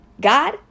god